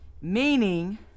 meaning